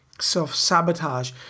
self-sabotage